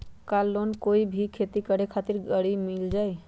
का लोन पर कोई भी खेती करें खातिर गरी मिल जाइ?